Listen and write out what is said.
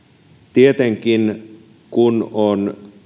tietenkin kun on